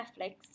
Netflix